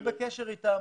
אנחנו בקשר אתם.